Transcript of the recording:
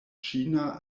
ĉina